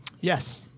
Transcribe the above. yes